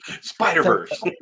Spider-Verse